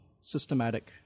systematic